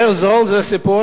יותר זול זה סיפור גם,